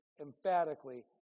emphatically